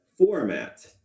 format